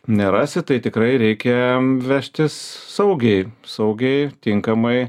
nerasi tai tikrai reikia vežtis saugiai saugiai tinkamai